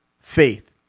faith